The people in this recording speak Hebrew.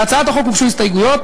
להצעת החוק הוגשו הסתייגויות,